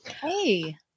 Hey